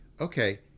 okay